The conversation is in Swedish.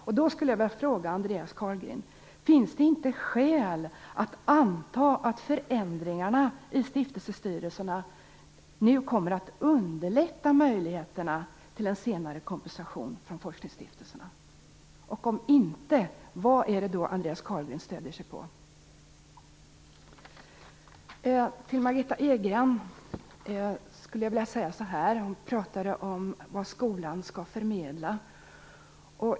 Jag skulle vilja fråga Andreas Carlgren: Finns det inte skäl att anta att förändringarna i stiftelsestyrelserna nu kommer att underlätta för möjligheten till en senare kompensation från forskningsstiftelserna? Om inte, vad är det då Andreas Carlgren stöder sig på? Margitta Edgren pratade om vad skolan skall förmedla.